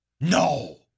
No